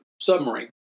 submarine